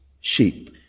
sheep